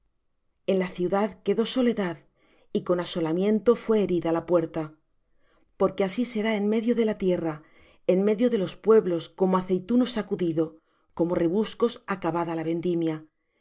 en la ciudad quedó soledad y con asolamiento fué herida la puerta porque así será en medio de la tierra en medio de los pueblos como aceituno sacudido como rebuscos acabada la vendimia